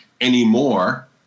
anymore